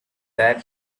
that